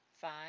Five